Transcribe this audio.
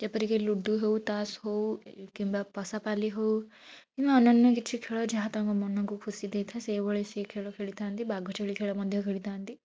ଯେପରିକି ଲୁଡ଼ୁ ହଉ ତାସ ହଉ କିମ୍ବା ପଶାପାଲି ହଉ କିମ୍ବା ଅନ୍ୟାନ୍ୟା କିଛି ଖେଳ ହଉ ଯାହା ତାଙ୍କ ମନକୁ ଖୁସି ଦେଇଥାଏ ସେଇ ଭଳି ଖେଳ ଖେଳିଥାନ୍ତି ବାଘ ଛେଳି ଖେଳ ମଧ୍ୟ ଖେଳିଥାନ୍ତି